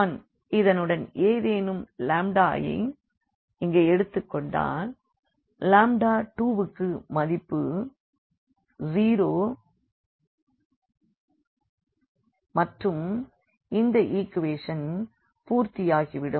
நான் இதனுடன் ஏதேனும் ஐ இங்கே எடுத்துக் கொண்டால் 2 க்கு 0 மதிப்பு மற்றும் அந்த ஈக்வேஷனும் பூர்த்தியாகிவிடும்